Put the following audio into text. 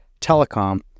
telecom